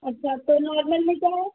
अच्छा तो नॉर्मल में क्या है